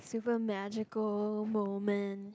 simple magical moment